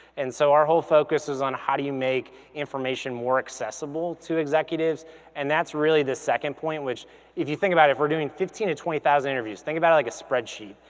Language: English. and so our whole focus was on how do you make information more accessible to executives and that's really this second point, which if you think about it, if we're doing fifteen to twenty thousand interviews, think about it like a spreadsheet.